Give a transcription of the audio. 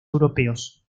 europeos